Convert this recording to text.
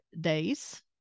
days